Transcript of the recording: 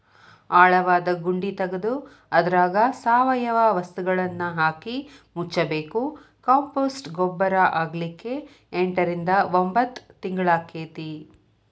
ಆಳವಾದ ಗುಂಡಿ ತಗದು ಅದ್ರಾಗ ಸಾವಯವ ವಸ್ತುಗಳನ್ನಹಾಕಿ ಮುಚ್ಚಬೇಕು, ಕಾಂಪೋಸ್ಟ್ ಗೊಬ್ಬರ ಆಗ್ಲಿಕ್ಕೆ ಎಂಟರಿಂದ ಒಂಭತ್ ತಿಂಗಳಾಕ್ಕೆತಿ